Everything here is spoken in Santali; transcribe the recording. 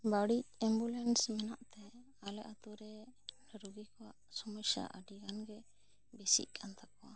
ᱵᱟᱹᱲᱤᱡ ᱮᱢᱵᱩᱞᱮᱱᱥ ᱢᱮᱱᱟᱜ ᱛᱮ ᱟᱞᱮ ᱟᱛᱳ ᱨᱮ ᱨᱩᱜᱤ ᱠᱚᱣᱟᱜ ᱥᱚᱢᱥᱭᱟ ᱟᱹᱰᱤ ᱜᱟᱱ ᱜᱮ ᱵᱮᱥᱤᱜ ᱠᱟᱱ ᱛᱟᱠᱚᱣᱟ